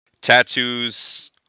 Tattoos